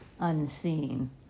unseen